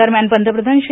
दरम्यान पंतप्रधान श्री